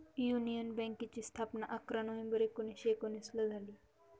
union बँकेची स्थापना अकरा नोव्हेंबर एकोणीसशे एकोनिसला झाली